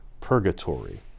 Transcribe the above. purgatory